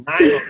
nine